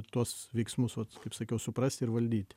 tuos veiksmus vat kaip sakiau suprasti ir valdyti